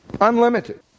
Unlimited